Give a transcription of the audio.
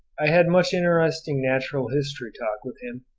i had much interesting natural-history talk with him,